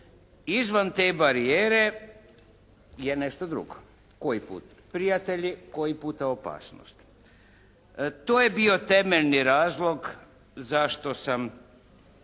Izvan te barijere je nešto drugo. Koji put prijatelji, koji puta opasnost. To je bio temeljni razlog zašto sam